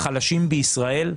החלשים בישראל,